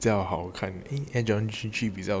比较好看 air jordan three three 比较多 cushioning